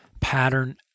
pattern